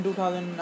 2009